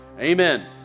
Amen